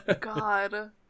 God